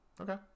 Okay